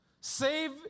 Save